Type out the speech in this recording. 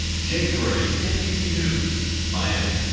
jay gray nbc news miami.